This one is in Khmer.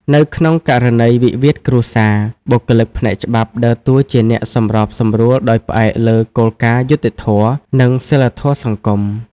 នៅក្នុងករណីវិវាទគ្រួសារ បុគ្គលិកផ្នែកច្បាប់ដើរតួជាអ្នកសម្របសម្រួលដោយផ្អែកលើគោលការណ៍យុត្តិធម៌ និងសីលធម៌សង្គម។